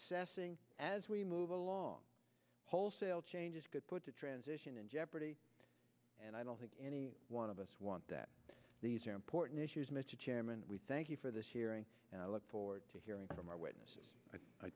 assessing as we move along wholesale changes could put the transition in jeopardy and i don't think any one of us want that these are important issues mr chairman thank you for this hearing and i look forward to hearing from our witnesses